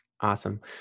awesome